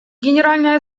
генеральная